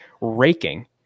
raking